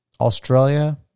Australia